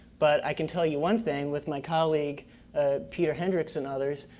but i can tell you one thing with my colleague ah peter hendricks and others.